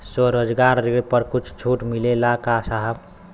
स्वरोजगार ऋण पर कुछ छूट मिलेला का साहब?